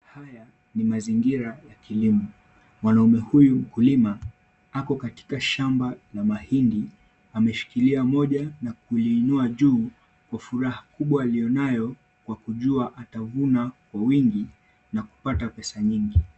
Haya ni mazingira ya kilimo. Mwanaume huyu mkulima ako katika shamba la mahindi. Ameshikilia moja na kuliinua juu kwa furaha kubwa aliyonayo kwa kujua atavuna kwa wingi na kupata pesa nyingi.